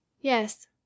Yes